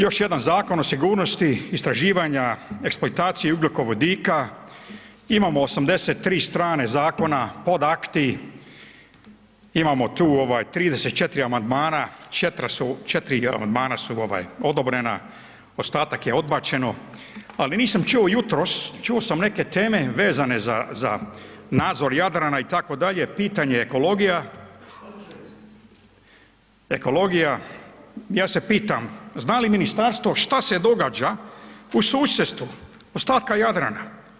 Još jedan Zakon o sigurnosti istraživanja eksploataciji ugljikovodika, imamo 83 strane zakona, podakti, imamo tu 34 amandmana, 4 amandmana su odobrena, ostatak je odbačeno, ali nisam čuo jutros čuo sam neke teme vezane za nadzor Jadrana itd. pitanje ekologija, ja se pitam zna li ministarstvo šta se događa u susjedstvu ostatka Jadrana?